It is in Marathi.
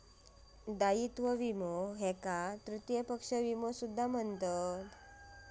दायित्व विमो याका तृतीय पक्ष विमो सुद्धा म्हणतत